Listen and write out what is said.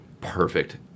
perfect